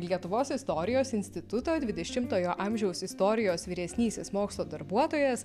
lietuvos istorijos instituto dvidešimtojo amžiaus istorijos vyresnysis mokslo darbuotojas